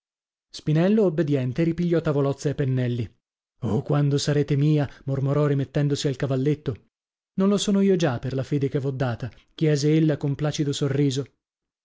spinello obbediente ripigliò tavolozza e pennelli oh quando sarete mia mormorò rimettendosi al cavalletto non lo sono io già per la fede che v'ho data chiese ella con un placido riso